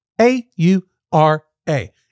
A-U-R-A